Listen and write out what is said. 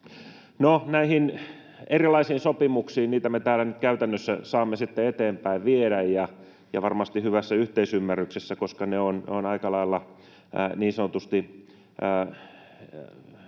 näihin erilaisiin sopimuksiin: niitä me täällä nyt käytännössä saamme sitten eteenpäin viedä ja varmasti hyvässä yhteisymmärryksessä, koska ne, mitä me teemme täällä, ovat aika lailla niin sanotusti